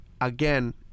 again